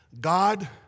God